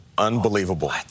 Unbelievable